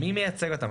מי מייצג אותם?